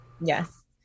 Yes